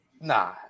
Nah